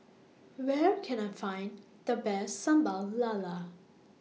Where Can I Find The Best Sambal Lala